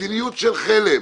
מדיניות של חלם.